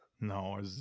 No